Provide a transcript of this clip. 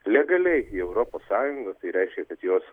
legaliai į europos sąjungą tai reiškia kad jos